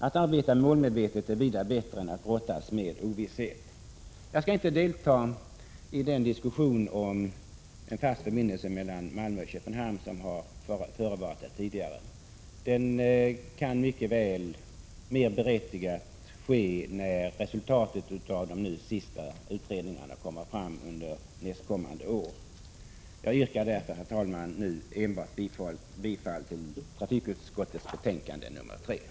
Att arbeta målmedvetet är vida bättre än att brottas med ovisshet. Jag skall inte delta i den diskussion om en fast förbindelse mellan Malmö och Köpenhamn som har förevarit. Den kan mer berättigat föras när resultatet av de avslutande utredningar som pågår redovisas under nästkommande år. Jag yrkar, herr talman, bifall till trafikutskottets hemställan i betänkandet nr 3.